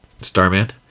Starman